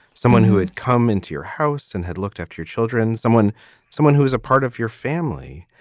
someone who had come into your house and had looked after your children, someone someone who is a part of your family.